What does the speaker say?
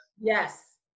Yes